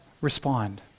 respond